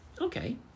Okay